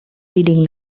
reading